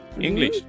English